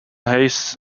hayes